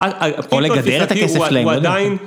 או לגדר את הכסף שלהם, לדעת.